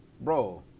bro